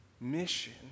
mission